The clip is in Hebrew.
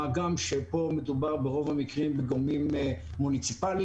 מה גם שפה מדובר ברוב המקרים בגורמים מוניציפליים,